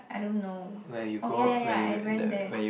I don't know oh ya ya ya I ran there